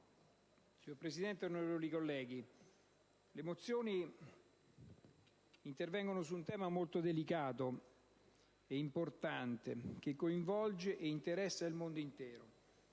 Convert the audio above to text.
Signora Presidente, onorevoli colleghi, le mozioni in esame intervengono su un tema molto delicato e importante che coinvolge e interessa il mondo intero.